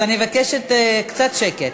אז אני מבקשת קצת שקט.